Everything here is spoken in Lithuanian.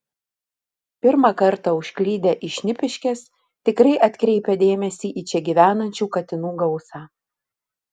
pirmą kartą užklydę į šnipiškes tikrai atkreipia dėmesį į čia gyvenančių katinų gausą